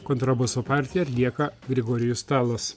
kontraboso partiją atlieka grigorijus stalas